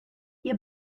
ihr